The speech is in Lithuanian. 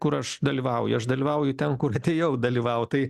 kur aš dalyvauju aš dalyvauju ten kur atėjau dalyvaut tai